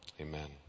Amen